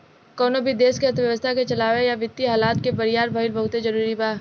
कवनो भी देश के अर्थव्यवस्था के चलावे ला वित्तीय हालत के बरियार भईल बहुते जरूरी बा